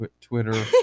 Twitter